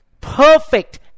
perfect